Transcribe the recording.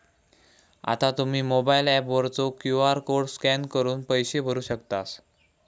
आता तुम्ही mobile app वरचो क्यू.आर कोड स्कॅन करून पैसे भरू शकतास